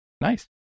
Nice